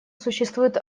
существует